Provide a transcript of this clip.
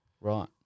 Right